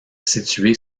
situé